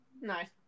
Nice